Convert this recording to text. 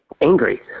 angry